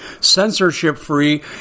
censorship-free